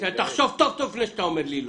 תחשוב טוב טוב לפני שאתה אומר לי לא.